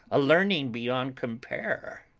a learning beyond compare,